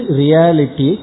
reality